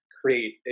create